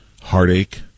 heartache